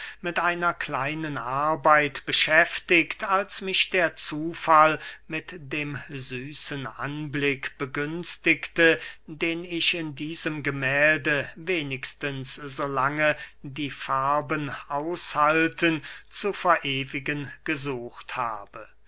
mit einer kleinen arbeit beschäftigt als mich der zufall mit dem süßen anblick begünstigte den ich in diesem gemählde wenigstens so lange die farben aushalten zu verewigen gesucht habe